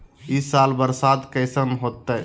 ई साल बरसात कैसन होतय?